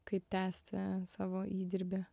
kaip tęsti savo įdirbį